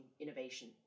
innovation